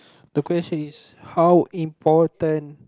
the question is how important